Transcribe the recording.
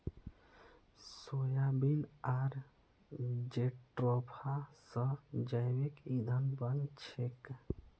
soybean आर jatropha स जैविक ईंधन बन छेक